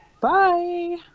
Bye